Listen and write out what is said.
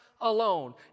alone